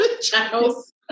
Channels